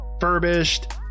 furbished